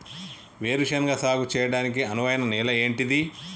వేరు శనగ సాగు చేయడానికి అనువైన నేల ఏంటిది?